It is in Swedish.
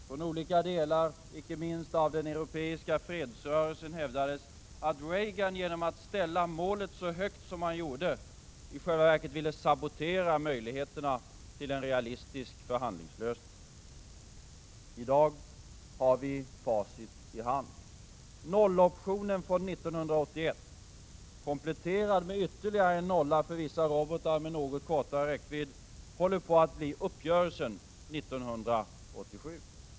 Från inte minst den europeiska fredsrörelsen hävdades att Reagan genom att ställa målet så högt som han gjorde i själva verket ville sabotera möjligheterna till en realistisk förhandlingslösning. I dag har vi facit i hand. Nolloptionen från 1981 — kompletterad med ytterligare en nolla för vissa robotar med något kortare räckvidd — håller på att bli uppgörelsen 1987.